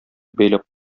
бәйләп